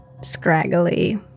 scraggly